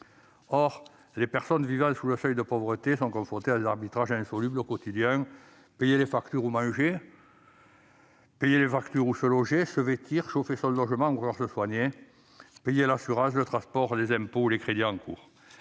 Or les personnes vivant sous le seuil de pauvreté sont confrontées à des arbitrages insolubles au quotidien : payer les factures ou manger, payer les factures ou se loger, se vêtir, chauffer son logement ou encore se soigner, payer l'assurance, le transport, les impôts ou les crédits en cours.